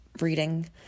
reading